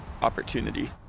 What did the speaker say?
opportunity